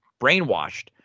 brainwashed